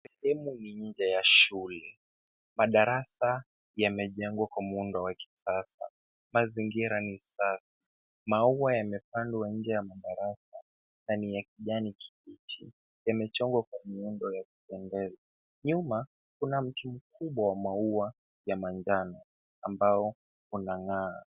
Sehemu ni nje ya shule. Madarasa yamejengwa kwa muundo wa kisasa. Mazingira ni safi. Maua yamepandwa nje ya madarasa na ni ya kijani kibichi. Yamechongwa kwa muundo ya kupendeza. Nyuma , kuna mti mkubwa wa maua ya manjano ambao unang'aa.